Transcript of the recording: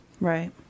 right